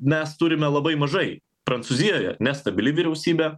mes turime labai mažai prancūzijoje nestabili vyriausybė